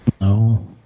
no